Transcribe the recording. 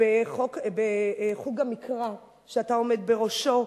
בחוג המקרא שאתה עומד בראשו,